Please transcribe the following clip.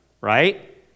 right